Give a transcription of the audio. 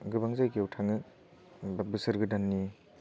गोबां जायगायाव थाङो बा बोसोर गोदाननि